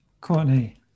Courtney